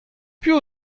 piv